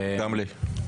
אם לא, נצביע.